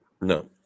no